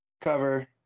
cover